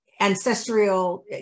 ancestral